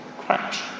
crash